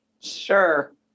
Sure